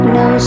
no